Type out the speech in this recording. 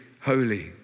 holy